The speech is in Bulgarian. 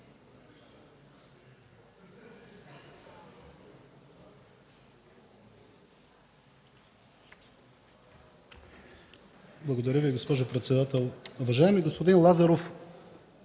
Благодаря Ви, госпожо председател.